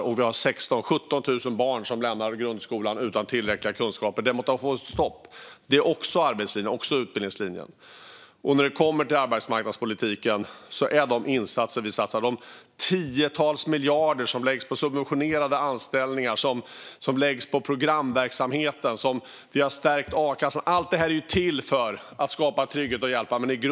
Och vi har 16 000-17 000 barn som lämnar grundskolan utan tillräckliga kunskaper. Detta måste få ett stopp. Det är också arbetslinjen och utbildningslinjen. När det kommer till arbetsmarknadspolitiken är de insatser som vi gör - de tiotals miljarder som läggs på subventionerade anställningar och på programverksamheten och som vi har stärkt a-kassan med - till för att skapa trygghet och hjälpa människor.